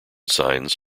signs